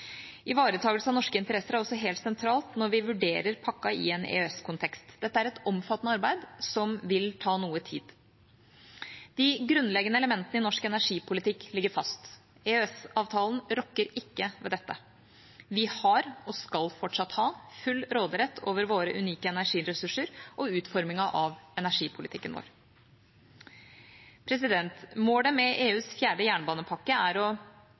av norske interesser er også helt sentralt når vi vurderer pakken i en EØS-kontekst. Dette er et omfattende arbeid som vil ta noe tid. De grunnleggende elementene i norsk energipolitikk ligger fast. EØS-avtalen rokker ikke ved dette. Vi har og skal fortsatt ha full råderett over våre unike energiressurser og utformingen av energipolitikken vår. Målet med EUs fjerde jernbanepakke er å